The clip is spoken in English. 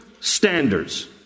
standards